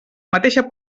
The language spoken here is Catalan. mateixa